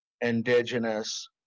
indigenous